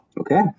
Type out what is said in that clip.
Okay